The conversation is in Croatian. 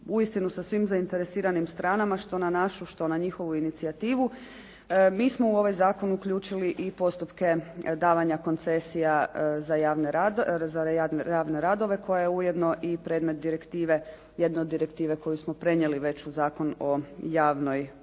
uistinu sa svim zainteresiranim stranama, što na našu, što na njihovu inicijativu mi smo u ovaj zakon uključili i postupke davanja koncesija za javne radove koja je ujedno i predmet direktive, jedne od direktive koju smo prenijeli već u Zakon o javnoj nabavi